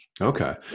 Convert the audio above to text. Okay